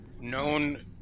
known